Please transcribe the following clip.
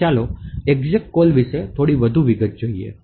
તો ચાલો exec call વિશે થોડી વધુ વિગતવાર જોઈએ